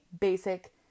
basic